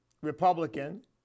Republican